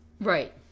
Right